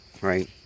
right